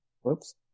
Whoops